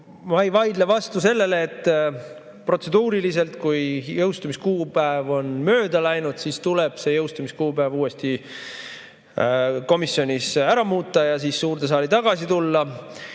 ei vaidle vastu sellele, et protseduuriliselt, kui jõustumiskuupäev on mööda läinud, siis tuleb see kuupäev uuesti komisjonis ära muuta ja siis suurde saali tagasi tulla.